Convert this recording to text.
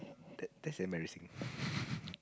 that that's embarrassing